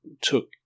took